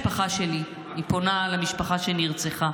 משפחה שלי" היא פונה למשפחה שנרצחה,